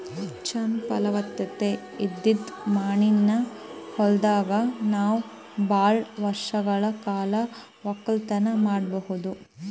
ಚಂದ್ ಫಲವತ್ತತೆ ಇದ್ದಿದ್ ಮಣ್ಣಿನ ಹೊಲದಾಗ್ ನಾವ್ ಭಾಳ್ ವರ್ಷಗಳ್ ಕಾಲ ವಕ್ಕಲತನ್ ಮಾಡಬಹುದ್